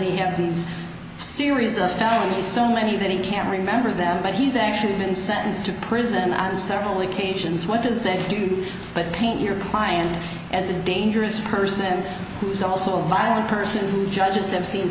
he have these series of felonies so many that he can't remember them but he's actually been sentenced to prison on several occasions what to say to you but paint your client as a dangerous person who's also a violent person who judges have seen